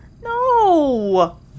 No